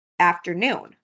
afternoon